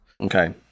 Okay